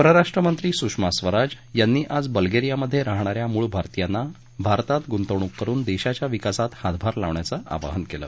परराष्ट्रमंत्री सुषमा स्वराज यांनी आज बल्गेरियामधे राहणाऱ्या मुळ भारतीयांना भारतात गृंतवणुक करुन देशाच्या विकासात हातभार लावण्याचं आवाहन केलं